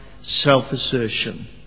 self-assertion